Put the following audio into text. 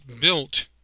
built